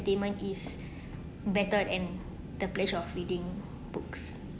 is better than the pleasure of reading books